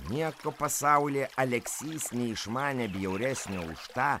nieko pasaulyje aleksys neišmanė bjauresnio už tą